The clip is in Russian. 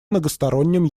многостороннем